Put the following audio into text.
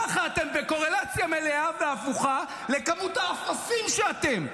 ככה אתם בקורלציה מלאה והפוכה לכמות האפסים שאתם.